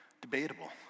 debatable